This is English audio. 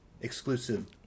exclusive